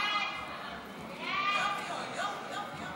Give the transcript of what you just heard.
ההצעה